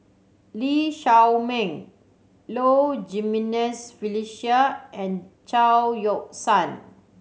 Lee Shao Meng Low Jimenez Felicia and Chao Yoke San